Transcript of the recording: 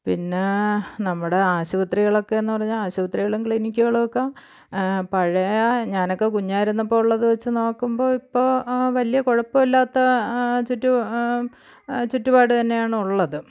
പിന്നെ നമ്മുടെ ആശുപത്രികളൊക്കെ എന്ന് പറഞ്ഞാൽ ആശുപത്രികളും ക്ലിനിക്കുകളും ഒക്കെ പഴയ ഞാനൊക്കെ കുഞ്ഞായിരുന്നപ്പോൾ ഉള്ളത് വച്ച് നോക്കുമ്പോൾ ഇപ്പോൾ വലിയ കുഴപ്പവില്ലാത്ത ചുറ്റു ചുറ്റുപാട് തന്നെയാണുള്ളത്